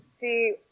See